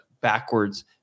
backwards